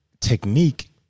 technique